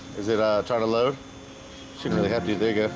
is it trying to load she really have to dig